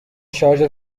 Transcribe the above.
شارژر